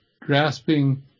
grasping